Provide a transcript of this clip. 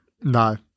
No